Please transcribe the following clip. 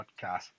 podcast